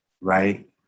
right